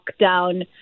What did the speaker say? lockdown